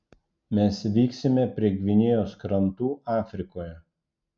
mes vyksime prie gvinėjos krantų afrikoje